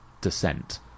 descent